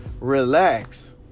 Relax